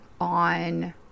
on